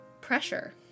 pressure